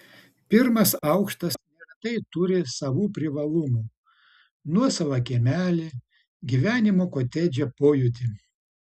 pirmas aukštas neretai turi savų privalumų nuosavą kiemelį gyvenimo kotedže pojūtį